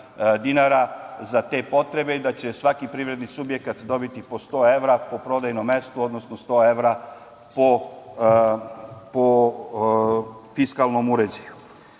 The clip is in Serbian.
dinara za te potrebe i da će svaki privredni subjekat dobiti po 100 evra po prodajnom mestu, odnosno 100 evra po fiskalnom uređaju. Ono